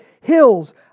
hills